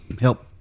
help